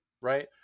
right